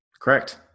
Correct